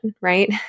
right